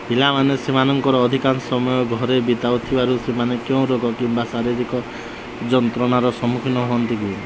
ପିଲାମାନେ ସେମାନଙ୍କର ଅଧିକାଂଶ ସମୟ ଘରେ ବିତାଉ ଥିବାରୁ ସେମାନେ କେଉଁ ରୋଗ କିମ୍ବା ଶାରୀରିକ ଯନ୍ତ୍ରଣାର ସମ୍ମୁଖୀନ ହୁଅନ୍ତି କି